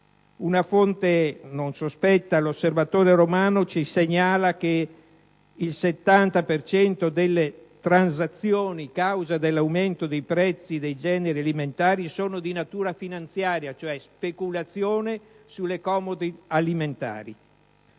Una fonte non sospetta, «L'Osservatore Romano», ci segnala che il 70 per cento delle transazioni, causa dell'aumento dei prezzi dei generi alimentari, sono di natura finanziaria, cioè speculazione sulle *commodity* alimentari.